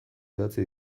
idatzi